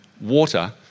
water